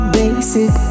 basic